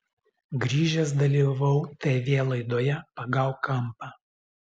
grįžęs dalyvavau tv laidoje pagauk kampą